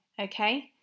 okay